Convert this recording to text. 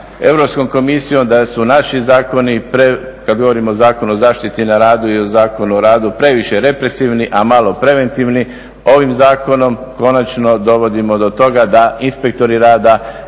Europskom komisijom da su naši zakoni, kad govorimo o Zakonu o zaštiti na radu i o Zakonu o radu, previše represivni, a malo preventivni. Ovim zakonom konačno dovodimo do toga da inspektori rada